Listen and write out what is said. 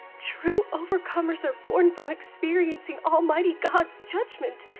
true overcomers are born from experiencing almighty god's judgment,